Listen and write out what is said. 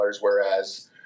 Whereas